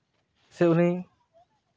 ᱥᱮ ᱩᱱᱤ